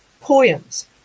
poems